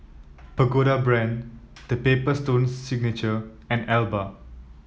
Pagoda Brand The Paper Stone Signature and Alba